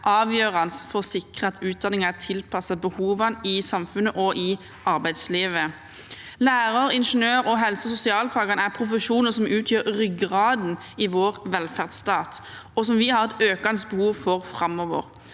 avgjørende for å sikre at utdanningen er tilpasset behovene i samfunnet og i arbeidslivet. Lærer-, ingeniør-, helse- og sosialfagene er profesjoner som utgjør ryggraden i vår velferdsstat, og som vi har et økende behov for framover.